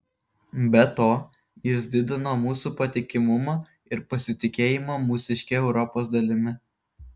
be to jis didino mūsų patikimumą ir pasitikėjimą mūsiške europos dalimi